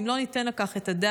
ואם לא ניתן על כך את הדעת,